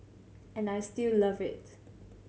and I still love it